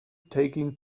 taking